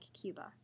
Cuba